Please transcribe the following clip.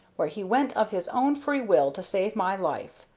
where he went of his own free will to save my life.